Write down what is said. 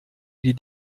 die